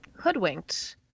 hoodwinked